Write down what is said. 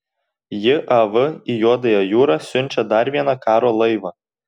jav į juodąją jūrą siunčia dar vieną karo laivą